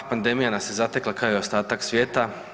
Da, pandemija nas je zatekla kao i ostatak svijeta.